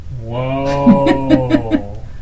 Whoa